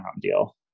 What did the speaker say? deal